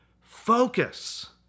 focus